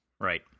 Right